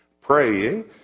Praying